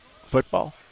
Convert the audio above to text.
football